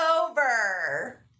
over